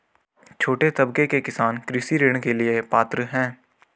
छोटे तबके के किसान कृषि ऋण के लिए पात्र हैं?